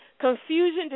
confusion